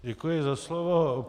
Děkuji za slovo.